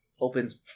opens